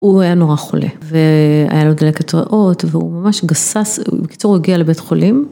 הוא היה נורא חולה, והיה לו דלקת ריאות והוא ממש גסס, בקיצור הוא הגיע לבית חולים.